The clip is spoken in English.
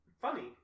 funny